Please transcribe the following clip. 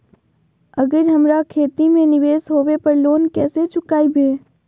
अगर हमरा खेती में निवेस होवे पर लोन कैसे चुकाइबे?